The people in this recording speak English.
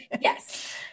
yes